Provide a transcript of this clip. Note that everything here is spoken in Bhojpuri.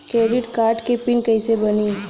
क्रेडिट कार्ड के पिन कैसे बनी?